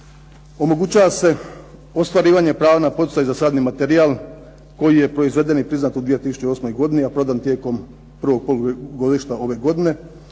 Omogućava se ostvarivanje prava na poticaj za sadni materijal, koji je proizveden i priznat u 2008. godini, a prodan tijekom prvog polugodišta ove godine.